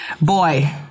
Boy